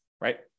right